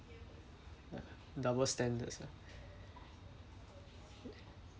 uh double standards ah